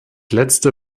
letzte